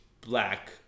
black